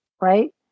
right